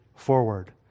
forward